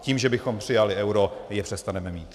Tím, že bychom přijali euro, je přestaneme mít.